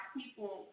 people